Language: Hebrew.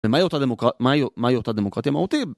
ומה היא אותה דמוקרטיה מהותית?